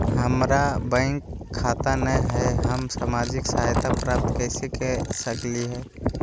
हमार बैंक खाता नई हई, हम सामाजिक सहायता प्राप्त कैसे के सकली हई?